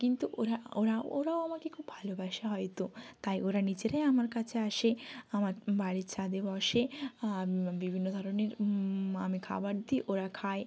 কিন্তু ওরা ওরা ওরাও আমাকে খুব ভালোবাসে হয়তো তাই ওরা নিজেরাই আমার কাছে আসে আমার বাড়ির ছাদে বসে বিভিন্ন ধরনের আমি খাবার দিই ওরা খায়